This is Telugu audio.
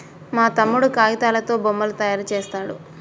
మా తమ్ముడు కాగితాలతో బొమ్మలు తయారు చేస్తాడు